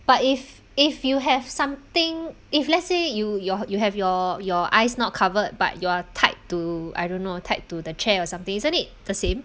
but if if you have something if let's say you your you have your your eyes not covered but you are tied to I don't know tied to the chair or something isn't it the same